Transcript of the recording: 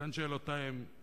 לכן, שאלותי הן: